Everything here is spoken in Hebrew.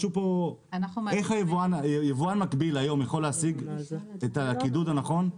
משהו פה איך היבואן המקביל היום יכול להשיג את הקידוד הנכון?